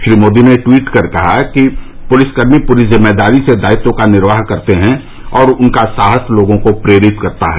श्री मोदी ने ट्वीट कर कहा कि पुलिसकर्मी पूरी जिम्मेदारी से दायित्व का निर्वाह करते हैं और उनका साहस लोगों को प्रेरित करता है